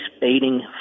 baiting